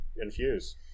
infuse